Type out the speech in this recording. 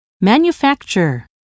Manufacture